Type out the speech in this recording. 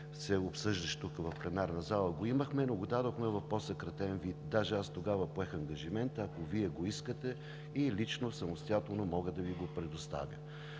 се обсъждаше в пленарната зала, го имахме, но го дадохме в по-съкратен вид. Тогава поех ангажимента, ако Вие го искате, лично, самостоятелно да Ви го предоставя.